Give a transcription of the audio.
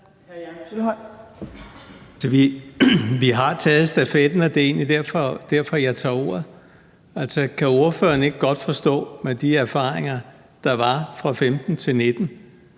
Vi har taget stafetten, og det er egentlig derfor, jeg tager ordet. Kan ordføreren ikke godt forstå, at Enhedslisten med de erfaringer, der var fra 2015-2019,